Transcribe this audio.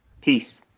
Peace